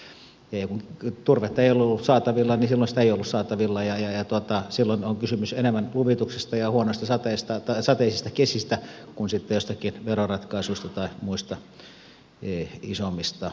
kun turvetta ei ollut saatavilla niin silloin sitä ei ollut saatavilla ja silloin on kysymys enemmän luvituksesta ja huonoista sateisista kesistä kuin sitten joistakin veroratkaisuista tai muista isommista kysymyksistä